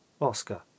Oscar